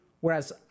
Whereas